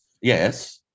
Yes